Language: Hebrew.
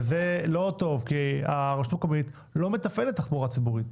וזה לא טוב כי הרשות המקומית לא מתפעלת תחבורה ציבורית.